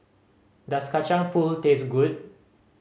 does Kacang Pool taste good